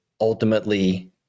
Ultimately